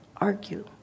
argue